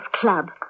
Club